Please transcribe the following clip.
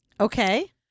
Okay